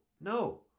no